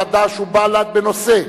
חד"ש ובל"ד בנושא: